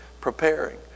preparing